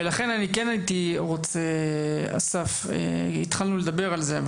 ולכן אני כן הייתי רוצה, אסף, התחלנו לדבר על זה.